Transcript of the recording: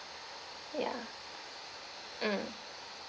ya mm